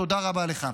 תודה רבה לך.